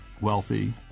wealthy